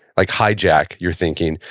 like hijack your thinking.